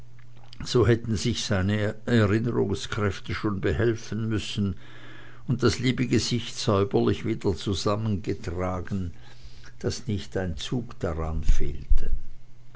so hätten sich seine erinnerungskräfte schon behelfen müssen und das liebe gesicht säuberlich wieder zusammengetragen daß nicht ein zug daran fehlte